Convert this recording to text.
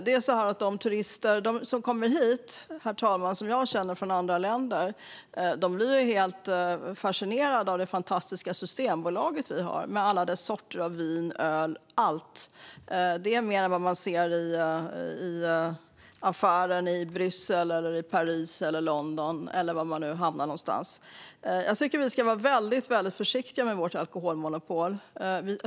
De som jag känner, herr talman, som kommer hit från andra länder blir helt fascinerade av det fantastiska Systembolaget med alla dess sorter av vin, öl och annat. Det är mer än vad man ser i affären i Bryssel, Paris, London eller var man nu hamnar någonstans. Jag tycker att vi ska vara väldigt försiktiga med vårt alkoholmonopol.